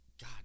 God